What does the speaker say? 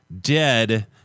dead